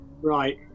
Right